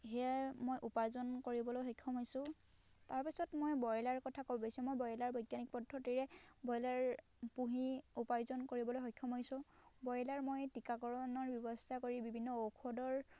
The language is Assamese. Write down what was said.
সেয়াই মই উপাৰ্জন কৰিবলৈ সক্ষম হৈছোঁ তাৰ পাছত মই ব্ৰয়লাৰ কথা ক'ব মই ব্ৰয়লাৰ বৈজ্ঞানিক পদ্ধতিৰে ব্ৰয়লাৰ পোহি উপাৰ্জন কৰিবলৈ সক্ষম হৈছোঁ ব্ৰয়লাৰ মই টীকাকৰণৰ ব্যৱস্থা কৰি বিভিন্ন ঔষধৰ